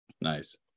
nice